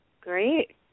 Great